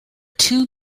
two